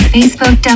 Facebook